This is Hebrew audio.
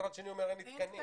ומשרד אחר אומר: אין לי תקנים.